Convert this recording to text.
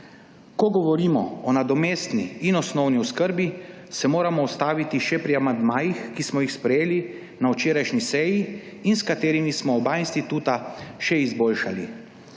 Ko govorimo o nadomestni in osnovni oskrbi, se moramo ustaviti še pri amandmajih, ki smo jih sprejeli na včerajšnji seji in s katerimi smo oba instituta še izboljšali.